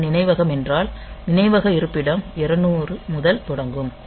இது நினைவகம் என்றால் நினைவக இருப்பிடம் 200 முதல் தொடங்கும்